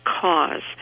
cause